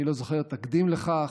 אני לא זוכר תקדים לכך.